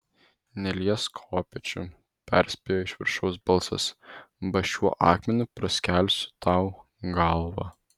neliesk kopėčių perspėjo iš viršaus balsas ba šiuo akmeniu praskelsiu tau galvą